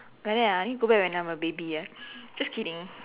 like that ah I need to go back when I'm a baby eh just kidding